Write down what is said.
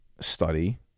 study